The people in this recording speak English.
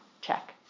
Check